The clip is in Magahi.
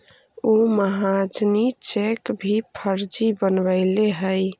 उ महाजनी चेक भी फर्जी बनवैले हइ